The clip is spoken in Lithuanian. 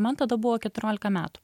man tada buvo keturiolika metų